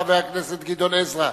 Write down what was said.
חבר הכנסת גדעון עזרא,